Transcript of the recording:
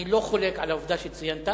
אני לא חולק על העובדה שציינת,